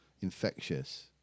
infectious